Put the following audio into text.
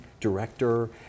director